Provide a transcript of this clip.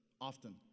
often